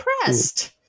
impressed